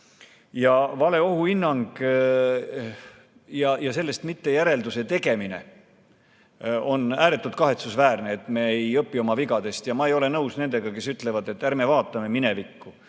Vale ohuhinnang ja sellest järelduse mittetegemine on ääretult kahetsusväärne, sest me ei õpi oma vigadest. Ma ei ole nõus nendega, kes ütlevad, et ärme vaatame minevikku.